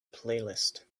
playlist